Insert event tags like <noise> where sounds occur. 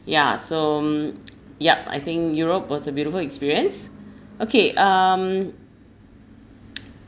yeah so mm <noise> yup I think europe was a beautiful experience okay um